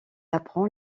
apprend